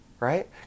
right